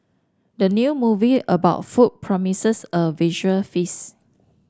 the new movie about food promises a visual feast